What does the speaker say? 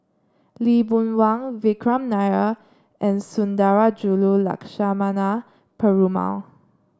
Lee Boon Wang Vikram Nair and Sundarajulu Lakshmana Perumal